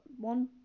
one